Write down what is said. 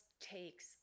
takes